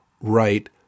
right